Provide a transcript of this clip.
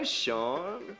sean